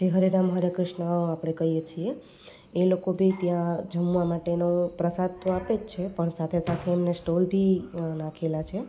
જે હરે રામ હરે ક્રિશ્ન આપણે કહીએ છીએ એ લોકો બી ત્યાં જમવા માટેનો પ્રસાદ તો આપે જ છે પણ સાથે સાથે એમને સ્ટોલ બી નાખેલા છે